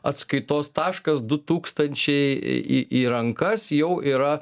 atskaitos taškas du tūkstančiai į į rankas jau yra